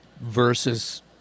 versus